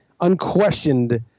Unquestioned